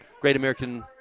great-American